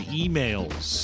emails